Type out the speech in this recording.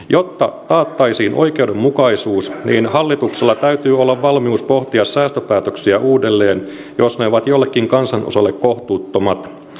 jotta taattaisiin oikeudenmukaisuus hallituksella täytyy olla valmius pohtia säästöpäätöksiä uudelleen jos ne ovat jollekin kansanosalle kohtuuttomat